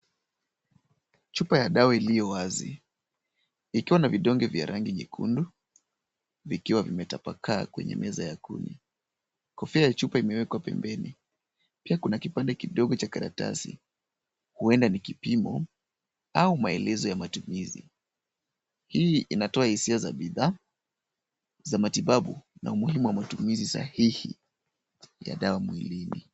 Chupa ya dawa iliyowahi, ikiwa na vidonge vya rangi nyekundu, vikiwa vimetapakaa kwenye meza. Kofia ya chupa imewekwa pembeni. Pia kuna kipande kidogo cha karatasi. Huenda ni kipimo au maelezo ya matumizi. Hili inatoa hisia za bidhaa za matibabu na umuhimu wa matumizi sahihi ya dawa mwilini.